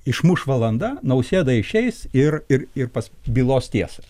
išmuš valanda nausėda išeis ir ir ir pas bylos tiesą